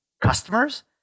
customers